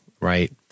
right